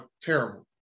terrible